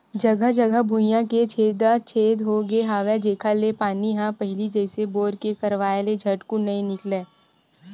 जघा जघा भुइयां के छेदा छेद होगे हवय जेखर ले पानी ह पहिली जइसे बोर के करवाय ले झटकुन नइ निकलय